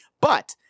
But-